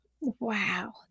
Wow